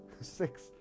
Six